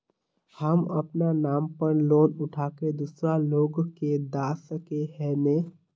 हम अपना नाम पर लोन उठा के दूसरा लोग के दा सके है ने